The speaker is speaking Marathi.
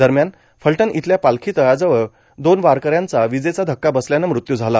दरम्यान फलटण इथल्या पालखी तळाजवळ दोन वारकऱ्यांचा विजेचा धक्का बसल्यानं मृत्यू झाला